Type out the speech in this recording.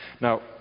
Now